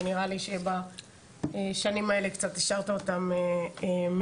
שנראה לי שבשנים האלה קצת השארת אותם מאחור.